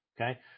okay